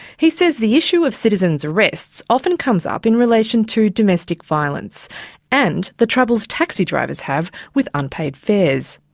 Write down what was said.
he says the issue of citizen's arrests often comes up in relation to domestic violence and the troubles taxi drivers have with unpaid fares.